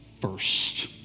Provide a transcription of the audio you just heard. first